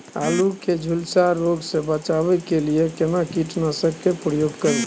आलू के झुलसा रोग से बचाबै के लिए केना कीटनासक के प्रयोग करू